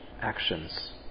actions